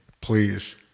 please